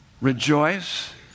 rejoice